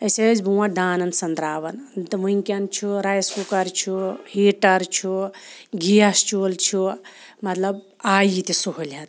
أسۍ ٲسۍ بروںٛٹھ دانَن سنٛدراوان تہٕ وٕنۍکٮ۪ن چھُ رایس کُکَر چھُ ہیٖٹر چھُ گیس چوٗلہٕ چھُ مطلب آیہِ یہِ تہِ سہوٗلیت